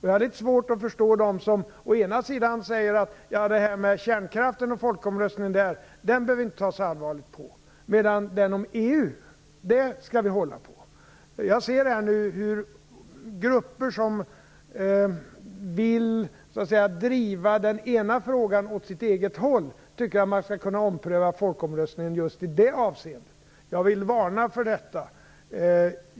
Jag har litet svårt att förstå dem som å ena sidan säger att vi inte behöver ta så allvarligt på folkomröstningen om kärnkraften, medan vi å andra sidan skall hålla på den om EU. Jag ser nu hur grupper som vill driva den ena frågan åt sitt eget håll tycker att man skall kunna ompröva folkomröstningen just i det avseendet. Jag vill varna för detta.